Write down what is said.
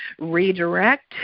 redirect